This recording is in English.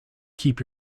keep